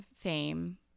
fame